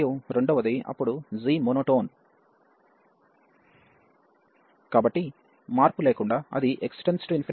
మరియు రెండవది అప్పుడు g మొనోటోన్ కాబట్టి మార్పు లేకుండా అది x→∞ అయినప్పుడు 0 కి వెళుతుంది